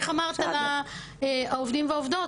איך אמרת על העובדים והעובדות?